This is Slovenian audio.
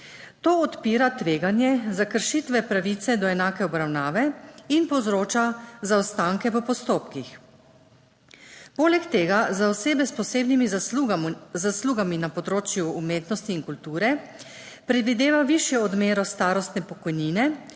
To odpira tveganje za kršitve pravice do enake obravnave in povzroča zaostanke v postopkih. Poleg tega za osebe s posebnimi zaslugami na področju umetnosti in kulture predvideva višjo odmero starostne pokojnine,